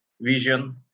vision